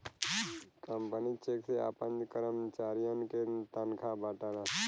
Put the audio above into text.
company cheque से आपन करमचारियन के तनखा बांटला